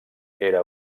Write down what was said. era